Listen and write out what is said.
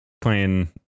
playing